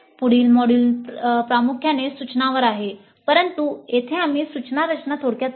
पुढील मॉड्यूल प्रामुख्याने सूचनांवर आहे परंतु येथे आम्ही सूचना रचना थोडक्यात पाहिले